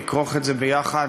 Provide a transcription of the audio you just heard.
נכרוך את זה יחד